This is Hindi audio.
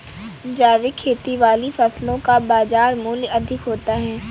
जैविक खेती वाली फसलों का बाज़ार मूल्य अधिक होता है